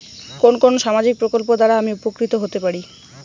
কোন কোন সামাজিক প্রকল্প দ্বারা আমি উপকৃত হতে পারি?